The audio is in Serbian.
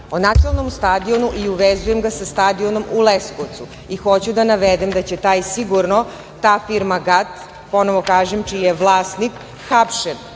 o nacionalnom stadionu i uvezujem ga sa stadionom u Leskovcu i hoću da navedem da će sigurno ta firma GAT ponovo kažem čiji je vlasnik hapšen